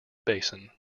basin